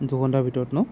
দুঘণ্টাৰ ভিতৰত ন